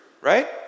right